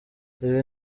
ibi